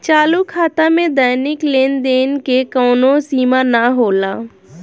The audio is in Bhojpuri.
चालू खाता में दैनिक लेनदेन के कवनो सीमा ना होला